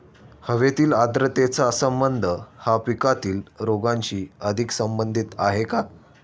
हवेतील आर्द्रतेचा संबंध हा पिकातील रोगांशी अधिक संबंधित आहे का?